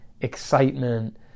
excitement